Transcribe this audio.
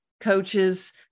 coaches